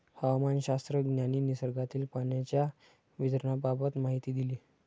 हवामानशास्त्रज्ञांनी निसर्गातील पाण्याच्या वितरणाबाबत माहिती दिली